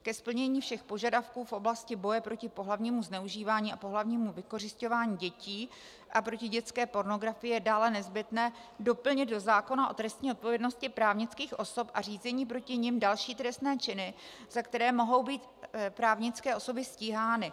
Ke splnění všech požadavků v oblasti boje proti pohlavnímu zneužívání a pohlavnímu vykořisťování dětí a proti dětské pornografii je dále nezbytné doplnit do zákona o trestní odpovědnosti právnických osob a řízení proti nim další trestné činy, za které mohou být právnické osoby stíhány.